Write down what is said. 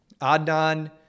Adnan